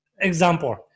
example